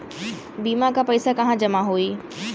बीमा क पैसा कहाँ जमा होई?